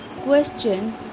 question